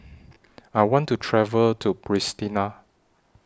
I want to travel to Pristina